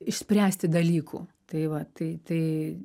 išspręsti dalykų tai va tai tai